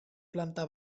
planta